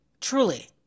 truly